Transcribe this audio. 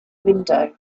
window